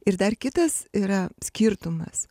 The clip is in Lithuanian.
ir dar kitas yra skirtumas